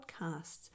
podcasts